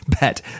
bet